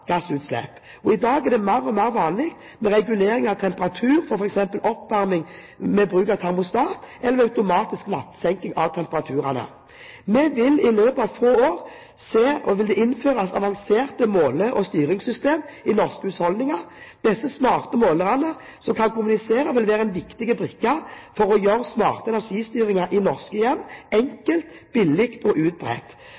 I dag er det mer og mer vanlig med regulering av temperatur til f.eks. oppvarming ved bruk av termostat eller med automatisk nattsenking av temperaturene. Vi vil i løpet av få år se at det innføres avanserte måle- og styringssystemer i norske husholdninger. Disse smarte målerne som kan kommunisere, vil være en viktig brikke for å gjøre smart energistyring i norske hjem